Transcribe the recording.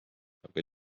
aga